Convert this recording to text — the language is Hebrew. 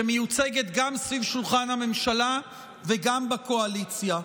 שמיוצגת גם סביב שולחן הממשלה וגם בקואליציה.